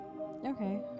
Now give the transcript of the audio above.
Okay